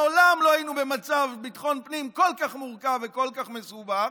מעולם לא היינו במצב ביטחון פנים כל כך מורכב וכל כך מסובך,